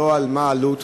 לא על העלות,